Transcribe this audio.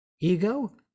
ego